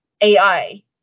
AI